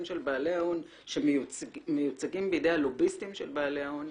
של בעלי ההון שמיוצגים בידי הלוביסטים של בעלי ההון.